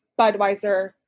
Budweiser